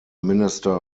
minister